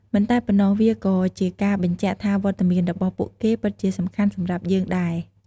មិនតែប៉ុណ្ណោះ វាក៏ជាការបញ្ជាក់ថាវត្តមានរបស់ពួកគេពិតជាសំខាន់សម្រាប់យើងដែរ។